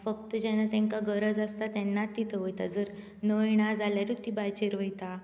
फक्त जेन्ना तांकां गरज आसता तेन्ना थंय वतात जर नळ ना जाल्यारूच तीं बांयचेर वतात